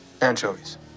Anchovies